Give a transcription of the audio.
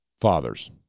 fathers